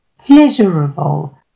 pleasurable